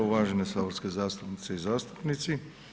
Uvažene saborske zastupnice i zastupnici.